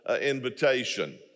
invitation